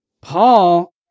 Paul